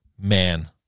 man